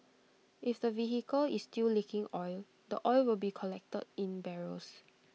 if the vehicle is still leaking oil the oil will be collected in barrels